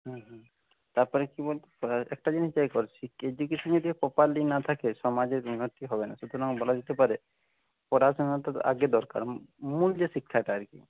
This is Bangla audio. হুম হুম তারপরে কি বলতো একটা জিনিস যাই বল এডুকেশন যদি প্রপারলি না থাকে সমাজের উন্নতি হবেনা সুতরাং বলা যেতে পারে পড়াশোনা তো আগে দরকার মূল যে শিক্ষাটা আর কী